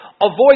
Avoid